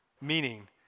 Meaning